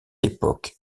époque